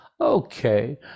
Okay